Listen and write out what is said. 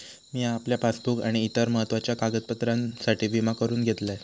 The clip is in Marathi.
मिया आपल्या पासबुक आणि इतर महत्त्वाच्या कागदपत्रांसाठी विमा करून घेतलंय